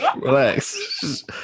Relax